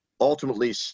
ultimately